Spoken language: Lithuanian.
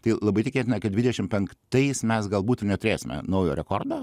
tai labai tikėtina kad dvidešim penktais mes galbūt neturėsime naujo rekordo